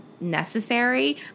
necessary